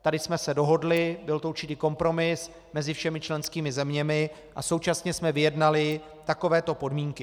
Tady jsme se dohodli, byl to určitý kompromis mezi všemi členskými zeměmi, a současně jsme vyjednali takovéto podmínky.